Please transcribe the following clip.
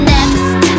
Next